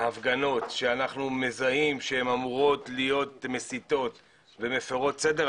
ההפגנות שאנחנו מזהים שהן אמורות להיות מסיתות ומפרות סדר,